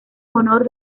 honor